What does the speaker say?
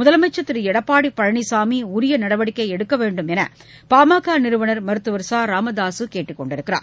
முதலமைச்சர் திரு எடப்பாடி பழனிசாமி உரிய நடவடிக்கை எடுக்க வேண்டும் என்று பாமக நிறுவனர் மருத்துவர் ச ராமதாசு கேட்டுக் கொண்டுள்ளார்